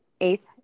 eighth